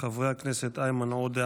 חברי הכנסת איימן עודה,